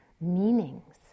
meanings